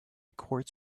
quartz